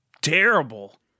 terrible